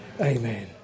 Amen